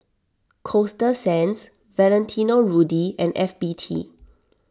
Coasta Sands Valentino Rudy and F B T